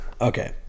Okay